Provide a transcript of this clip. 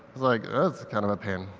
like that's kind of a pain.